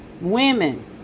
Women